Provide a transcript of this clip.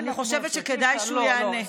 אני חושבת שכדאי שהוא יענה.